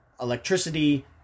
electricity